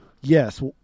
yes